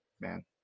man